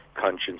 conscience